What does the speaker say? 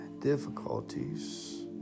difficulties